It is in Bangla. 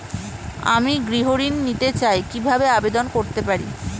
আমি গৃহ ঋণ নিতে চাই কিভাবে আবেদন করতে পারি?